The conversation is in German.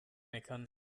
meckern